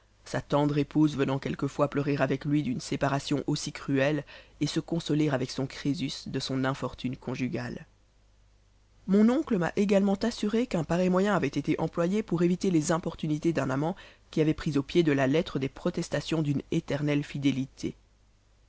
sa tendre épouse venant quelquefois pleurer avec lui d'une séparation aussi cruelle et se consoler avec son crésus de son infortune conjugale mon oncle m'a également assuré qu'un pareil moyen avait été employé pour éviter les importunités d'un amant qui avait pris au pied de la lettre des protestations d'une éternelle fidélité